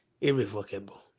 irrevocable